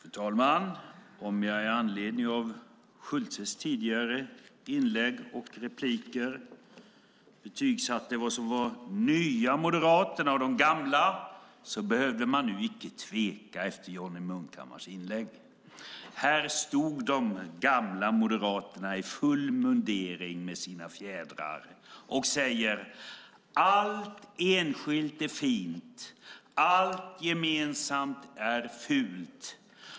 Fru talman! Om jag med anledning av Fredrik Schultes tidigare inlägg och repliker betygsatte vad som var nya moderaterna och de gamla behövde man nu icke tveka efter Johnny Munkhammars inlägg. Här står gamla moderaterna i full mundering min sina fjädrar och säger: Allt enskilt är fint. Allt gemensamt är fult.